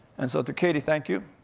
and so to katy, thank you.